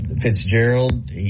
Fitzgerald